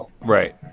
Right